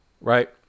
Right